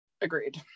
Agreed